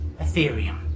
Ethereum